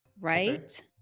right